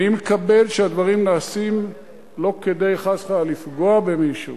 אני מקבל שהדברים נעשים לא כדי חס וחלילה לפגוע במישהו,